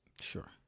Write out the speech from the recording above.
Sure